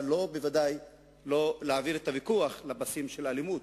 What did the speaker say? אבל בוודאי לא להעביר את הוויכוח לפסים של אלימות,